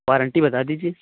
warranty بتا دیجیے